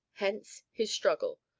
hence his struggle,